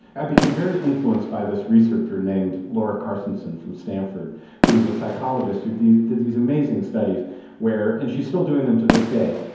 i became very influenced by this researcher named laura carstensen from stanford who is a psychologist who did these amazing studies where, and she's still doing them to this day,